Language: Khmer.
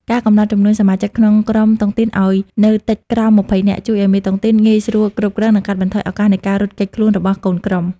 ការកំណត់ចំនួនសមាជិកក្នុងក្រុមតុងទីនឱ្យនៅតិច (ក្រោម ២០ នាក់) ជួយឱ្យមេតុងទីនងាយស្រួលគ្រប់គ្រង និងកាត់បន្ថយឱកាសនៃការរត់គេចខ្លួនរបស់កូនក្រុម។